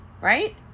right